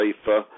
safer